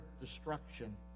destruction